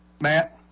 Matt